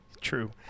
True